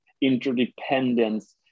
interdependence